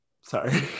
sorry